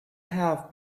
have